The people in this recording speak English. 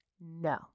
No